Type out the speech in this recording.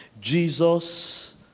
Jesus